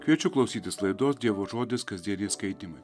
kviečiu klausytis laidos dievo žodis kasdieniai skaitymai